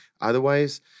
Otherwise